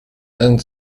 and